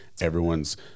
everyone's